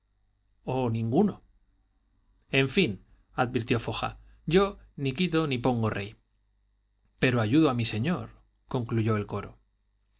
o ninguno en fin advirtió foja yo ni quito ni pongo rey pero ayudo a mi señor concluyó el coro